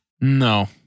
No